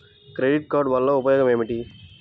Credit card వల్ల ఉపయోగం ఏమిటీ?